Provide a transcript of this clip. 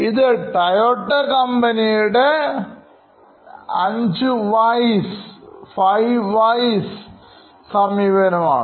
ഇത് ടയോട്ട കമ്പനിയുടെ 5 വൈസ് സമീപനമാണ്